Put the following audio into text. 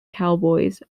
cowboys